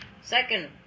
Second